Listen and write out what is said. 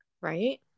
right